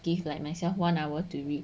give like myself one hour to read